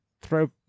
throw